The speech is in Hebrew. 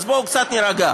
אז בואו קצת נירגע.